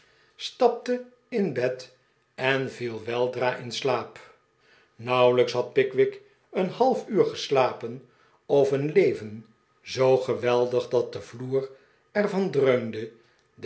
stapte in bed en viel weldra in slaap nauwelijks had pickwick een half uur geslapen of een leven zoo geweldig dat de vloer er van dreunde